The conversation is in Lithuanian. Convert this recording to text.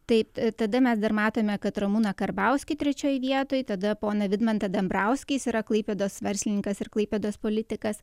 taip tada mes dar matome kad ramūną karbauskį trečioj vietoj tada poną vidmantą dambrauską jis yra klaipėdos verslininkas ir klaipėdos politikas